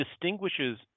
distinguishes